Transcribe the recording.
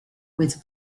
with